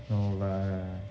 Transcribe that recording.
no lah